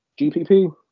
GPP